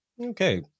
okay